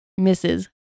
Mrs